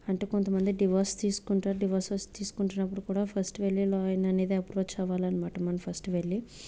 అంటే కొంతమంది డివోర్స్ తీసుకుంటారు డివోర్స్ తీసుకుంటున్నప్పుడు కూడా ఫస్ట్ వెళ్ళి లాయర్ అనేది అప్రోచ్ అవ్వాలి అన్నమాట మనం ఫస్ట్ వెళ్ళి